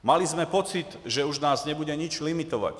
Měli jsme pocit, že už nás nebude nic limitovat.